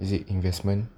is it investment